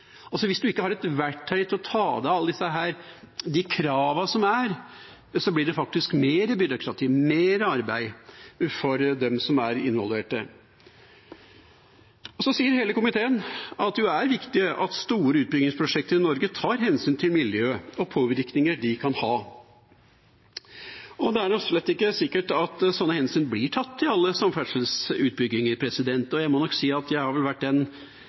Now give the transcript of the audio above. Hvis en ikke har et verktøy til å ta seg av alle de kravene som er, blir det faktisk mer byråkrati, mer arbeid for dem som er involvert. Så sier hele komiteen at det er viktig at store utbyggingsprosjekter i Norge tar hensyn til miljø og påvirkninger de kan ha. Det er slett ikke sikkert at sånne hensyn blir tatt i alle samferdselsutbygginger. Jeg må nok si at jeg har vel kanskje vært